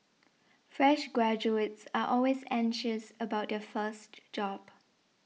fresh graduates are always anxious about their first job